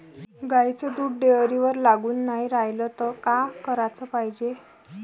गाईचं दूध डेअरीवर लागून नाई रायलं त का कराच पायजे?